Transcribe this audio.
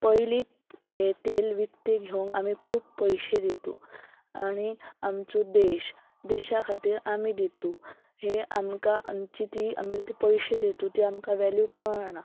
पयलींत हें तेल विकते घेवंक आमी खूब पयशे दितू आनी आमचो देश देशा खातीर आमी दितू हे आमकां आमची ती आमी ते पयशे दितू ती आमकां वेल्यू कळना